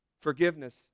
Forgiveness